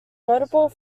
notable